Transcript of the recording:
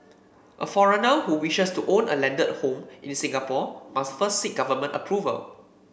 a foreigner who wishes to own a landed home in Singapore must first seek government approval